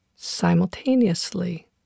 Simultaneously